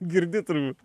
girdi turbūt